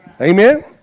Amen